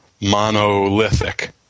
monolithic